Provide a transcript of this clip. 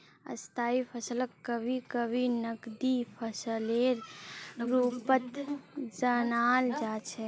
स्थायी फसलक कभी कभी नकदी फसलेर रूपत जानाल जा छेक